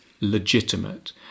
legitimate